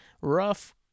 Rough